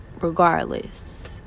regardless